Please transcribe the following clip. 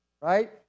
right